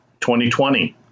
2020